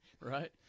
Right